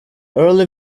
early